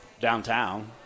downtown